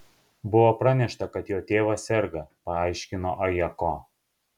buvo pranešta kad jo tėvas serga paaiškino ajako